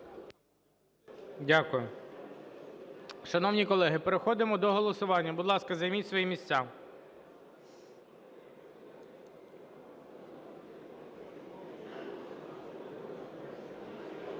Дякую. Шановні колеги, переходимо до голосування. Будь ласка, займіть свої місця.